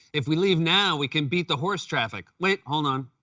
if we leave now, we can beat the horse traffic. wait, hold on.